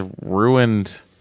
ruined